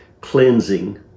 cleansing